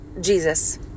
Jesus